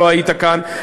לא היית כאן,